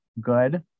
good